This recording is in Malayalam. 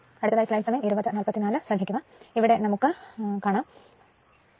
അപ്പോൾ ഇവിടെ നമുക്ക് 1 0